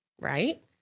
Right